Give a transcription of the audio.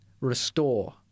restore